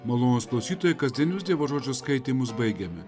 malonūs klausytojai kasdienius dievo žodžio skaitymus baigiame